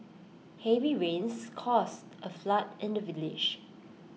heavy rains caused A flood in the village